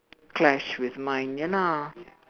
clash with mine ya lah